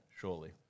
surely